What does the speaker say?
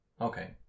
Okay